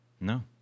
No